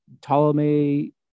Ptolemy